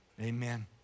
Amen